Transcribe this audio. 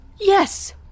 Yes